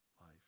life